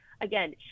Again